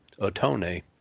Otone